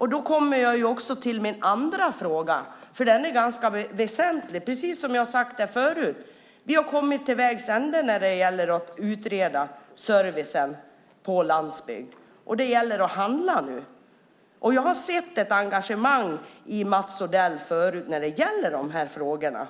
Därmed kommer jag till min andra fråga, som är ganska väsentlig. Precis som jag sagt förut har vi kommit till vägs ände när det gäller att utreda servicen på landsbygden, så det gäller att handla nu. Jag har förut sett ett engagemang hos Mats Odell i de här frågorna